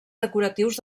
decoratius